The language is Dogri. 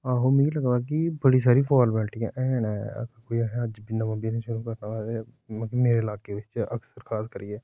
आहो मिगी लगदा कि बड़ी सारियां फारमैलटियां ऐ नै एह् अज्ज कोई नमां बिजनेस शुरू करना होवे ते मेरे ल्हाके च खास करियै